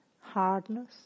hardness